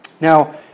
Now